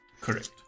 correct